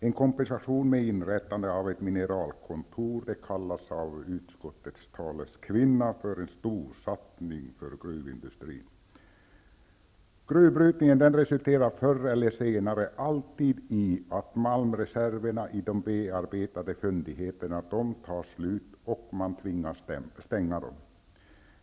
En kompensation med inrättande av ett mineralkontor kallas av utskottets taleskvinna för en stor satsning för gruvindustrin. Gruvbrytningen resulterar förr eller senare alltid i att malmreserverna i de bearbetade fyndigheterna tar slut och att man tvingas att stänga dessa.